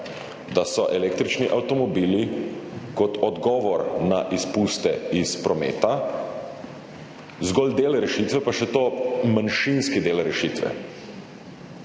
da so električni avtomobili kot odgovor na izpuste iz prometa zgolj del rešitve, pa še to manjšinski del rešitve.